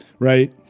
Right